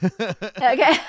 Okay